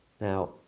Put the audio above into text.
Now